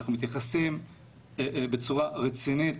אנחנו מתייחסים בצורה רצינית,